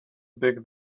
big